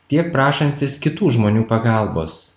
tiek prašantys kitų žmonių pagalbos